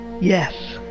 yes